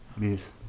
Yes